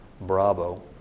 Bravo